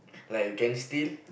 like a gang steel